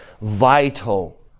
Vital